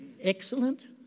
excellent